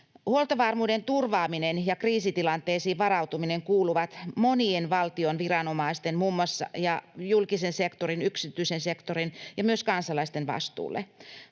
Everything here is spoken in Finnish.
Huoltovarmuuden turvaaminen ja kriisitilanteisiin varautuminen kuuluvat monien valtion viranomaisten ja julkisen sektorin, yksityisen sektorin ja myös kansalaisten vastuulle.